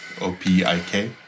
O-P-I-K